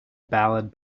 ballad